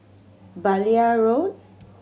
Blair Road